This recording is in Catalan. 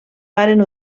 varen